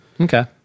Okay